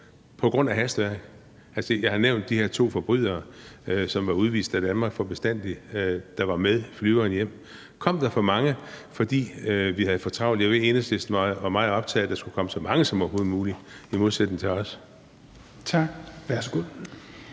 på grund af hastværk? Jeg har nævnt de her to forbrydere, som var udvist af Danmark for bestandig, og som var med flyveren hjem. Kom der for mange, fordi vi havde for travlt? Jeg ved, at Enhedslisten var meget optaget af, at der skulle komme så mange som overhovedet muligt, i modsætning til os. Kl.